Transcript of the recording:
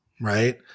right